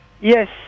Yes